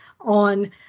on